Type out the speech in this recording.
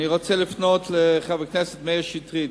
אני רוצה לפנות לחבר הכנסת מאיר שטרית.